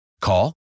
Call